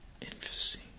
Interesting